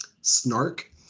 snark